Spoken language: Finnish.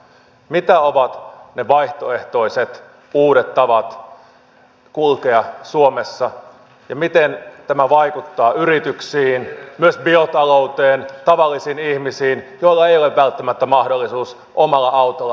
mitä ovat ne vaihtoehtoiset uudet tavat kulkea suomessa ja miten tämä vaikuttaa yrityksiin myös biotalouteen tavallisiin ihmisiin joilla ei ole välttämättä mahdollisuutta omalla autolla mennä eteenpäin